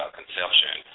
conception